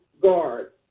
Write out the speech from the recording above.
guard